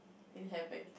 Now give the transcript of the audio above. in heaven